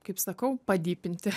kaip sakau padypinti